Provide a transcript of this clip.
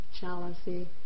jealousy